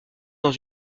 dans